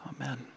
Amen